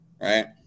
right